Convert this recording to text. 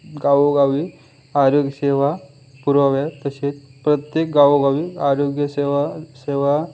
गावोगावी आरोग्य सेवा पुरवाव्या तसे प्रत्येक गावोगावी आरोग्य सेवा सेवा